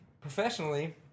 professionally